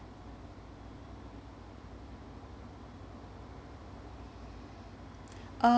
uh